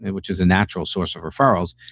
and which is a natural source of referrals.